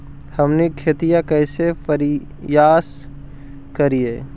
हमनी खेतीया कइसे परियास करियय?